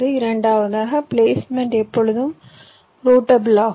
இரண்டாவதாக பிளேஸ்மென்ட் எப்பொழுதும் ரூட்டபிள் ஆகும்